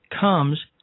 comes